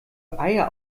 eier